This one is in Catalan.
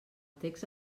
text